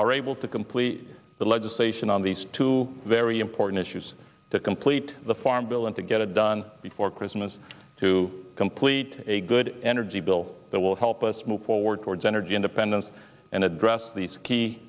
are able to complete the legislation on these two very important issues to complete the farm bill and to get it done before christmas to complete a good energy bill that will help us move forward towards energy independence and